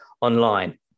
online